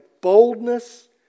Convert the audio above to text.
boldness